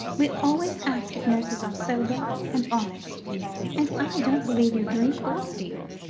we always ask if nurses are sober and honest and i don't believe you drink or steal.